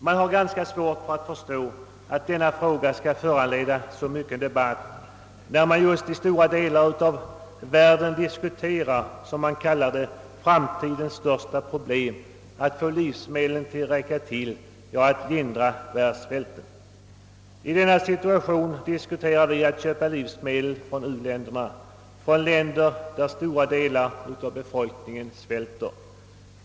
Man har ganska svårt att förstå hur denna fråga kan föranleda så mycken debatt, när man just nu i stora delar av världen diskuterar om vad man kallar för framtidens största problem — att få livsmedlen att räcka till, ja, att lindra världssvälten. I den situationen diskuterar vi att köpa livsmedel från u-länderna, länder där stora delar av befolkningen svälter.